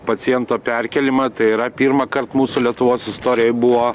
paciento perkėlimą tai yra pirmąkart mūsų lietuvos istorijoj buvo